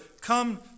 come